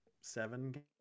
seven